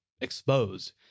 exposed